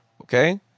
okay